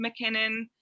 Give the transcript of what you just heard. McKinnon